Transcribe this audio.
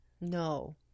No